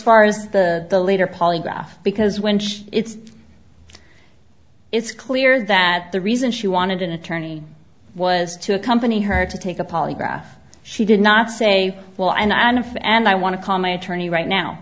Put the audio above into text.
far as the later polygraph because when it's it's clear that the reason she wanted an attorney was to accompany her to take a polygraph she did not say well and i know if and i want to call my attorney right now